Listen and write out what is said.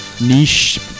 niche